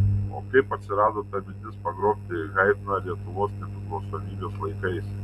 o kaip atsirado ta mintis pagroti haidną lietuvos nepriklausomybės laikais